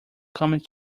coming